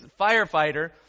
firefighter